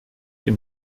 ihm